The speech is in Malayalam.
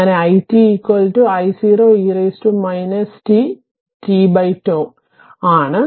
അങ്ങനെ it τ ആണ്